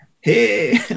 hey